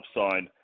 upside